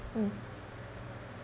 hmm